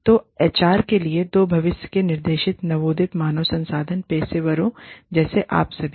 तो एचआर के लिए दो भविष्य के निर्देश नवोदित मानव संसाधन पेशेवरों जैसे आप सभी